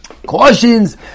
Cautions